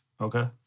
Okay